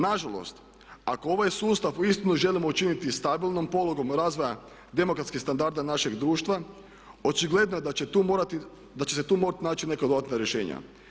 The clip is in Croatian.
Na žalost, ako ovaj sustav uistinu želimo učiniti stabilnom polugom razvoja demokratskih standarda našeg društva očigledno je da će se tu morati naći neka dodatna rješenja.